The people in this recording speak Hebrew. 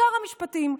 שר המשפטים,